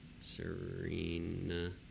Serena